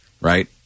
Right